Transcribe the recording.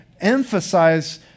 emphasize